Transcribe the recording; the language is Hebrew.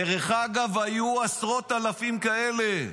דרך אגב, היו עשרות אלפים כאלה.